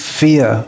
fear